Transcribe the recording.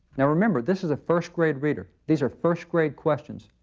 now remember, this is a first grade reader. these are first grade questions.